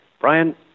Brian